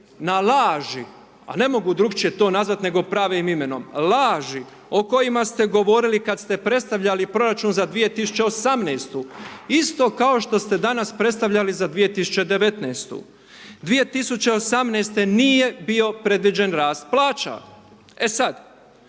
na laži, a ne mogu drugačije to nazvati nego pravim imenom, laži o kojima ste govorili kada ste predstavljali proračun za 2018. isto kao što ste danas predstavljali za 2019. 2018. nije bio predviđen rasta plaća. E sad,